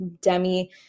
Demi